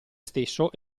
stesso